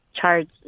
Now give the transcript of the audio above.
charge